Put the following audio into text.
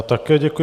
Také děkuji.